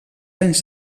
anys